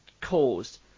caused